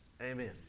Amen